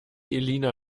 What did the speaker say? elina